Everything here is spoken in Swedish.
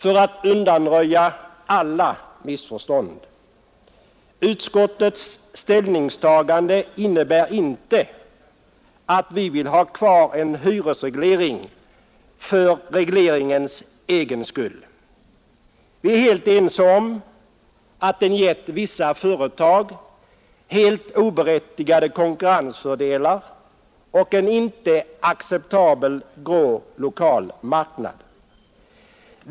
För att undanröja alla missförstånd vill jag slutligen framhålla att utskottets ställningstagande inte innebär att vi vill ha kvar en hyresreglering för regleringens egen skull. Vi är helt eniga om att den har givit vissa företag helt oberättigade konkurrensfördelar och en inte acceptabel grå lokalmarknad.